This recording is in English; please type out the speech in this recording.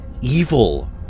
evil